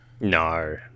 No